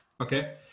Okay